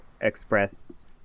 express